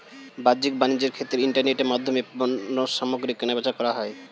বাহ্যিক বাণিজ্যের ক্ষেত্রে ইন্টারনেটের মাধ্যমে পণ্যসামগ্রী কেনাবেচা করা হয়